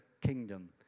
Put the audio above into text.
kingdom